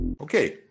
Okay